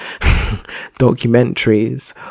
documentaries